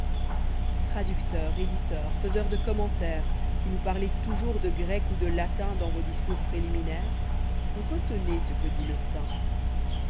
traducteurs éditeurs faiseurs de commentaires qui nous parlez toujours de grec ou de latin dans vos discours préliminaires retenez ce que dit le